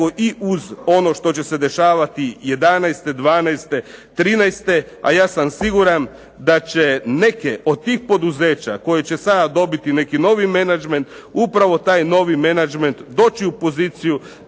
i uz ono što će se dešavati '11., '12., '13., a ja sam siguran da će neke od tih poduzeća koje će sada dobiti neki novi menadžment upravo taj novi menadžment doći u poziciju